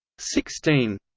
sixteen